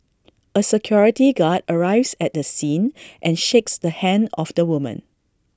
A security guard arrives at the scene and shakes the hand of the woman